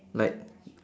like